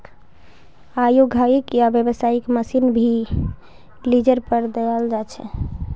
औद्योगिक या व्यावसायिक मशीन भी लीजेर पर दियाल जा छे